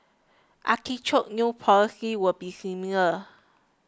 artichoke's new policy will be similar